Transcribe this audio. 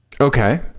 okay